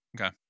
Okay